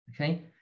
Okay